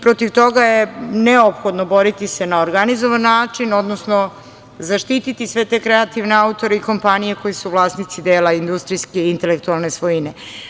Protiv toga je neophodno boriti se na organizovan način, odnosno zaštiti sve te kreativne autore i kompanije koji su vlasnici dela industrijske intelektualne svojine.